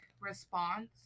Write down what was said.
response